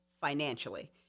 financially